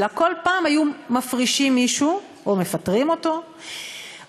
אלא כל פעם היו מפרישים מישהו או מפטרים אותו או